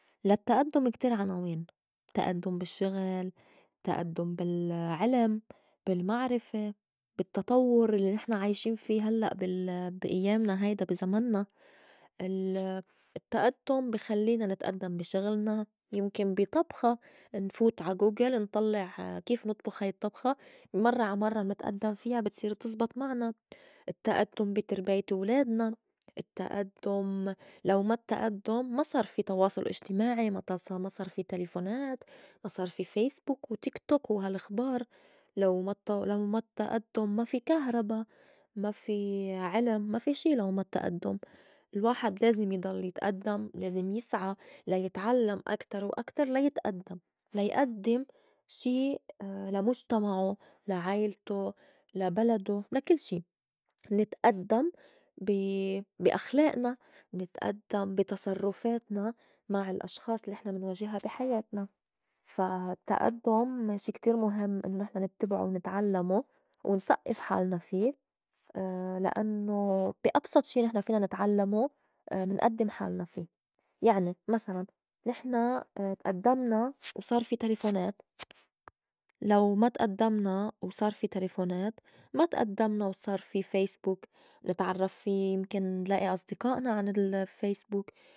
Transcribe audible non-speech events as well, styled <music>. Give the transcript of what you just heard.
للتئدُّم كتير عناوين تئدُّم بالشّغل، تئدُّم بالعلم، بالمعرفة، بالتطوّر الّي نحن عايشين في هلّأ بال- <hesitation> بي إيامنا هيدا بي زمنّا. ال- <hesitation> التئدُّم بي خلّينا نتئدّم بي شغلنا، يمكن بي طبخة نفوت عا غوغل نطلّع كيف نطبُخ هاي الطّبخة مرّة عا مرّة منتئدّم فيا بتصير تزبط معنا، التئدُّم بي ترباية ولادنا، التئدُّم لو ما التئدُّم ما صار في تواصُل اجتماعي، ما- تا- صار- ما صار في تليفونات، ما صار في فايسبوك، وتيكتوك وهالخبار، لو- ما- الت- لو ما التئدُّم ما في كهربا، ما في علم، ما في شي لو ما التئدُّم. <noise> الواحد لازم يضل يتئدّم لازم يسعى لا يتعلّم أكتر وأكتر ليتئدُّم لا يئدّم شي <hesitation> لا مُجتمعو، لا عيلتو، لا بلدو لا كل شي، نتئدّم بي- بي أخلائنا، نتئدّم بي تصرُّفاتنا مع الأشخاص الّي نحن منواجها بي حياتنا، <noise> فا التئدّم شي كتير مُهم إنّو نحن نتّبعو ونتعلّمو ونسئّف حالنا في <hesitation> لأنّو بي أبسط شي نحن فينا نتعلّمو منئدّم حالنا في، يعني مسلاً نحن اتئدّمنا <noise> وصار في تليفونات لو ما تئدّمنا وصار في تليفونات ما تأدّمنا وصار في فايسبوك نتعرّف في يمكن نلائي أصدقائنا عن الفايسبوك.